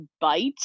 bite